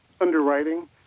underwriting